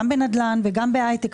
גם בנדל"ן וגם בהייטק,